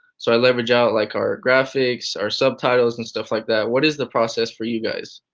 so i leverage out like our graphics, our subtitles and stuff like that. what is the process for you guys?